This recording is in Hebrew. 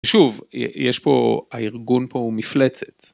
שוב יש פה הארגון פה הוא מפלצת.